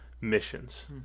missions